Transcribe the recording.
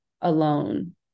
alone